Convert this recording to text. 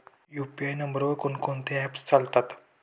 UPI नंबरवर कोण कोणते ऍप्स चालतात?